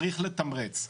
צריך לתמרץ,